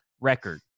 record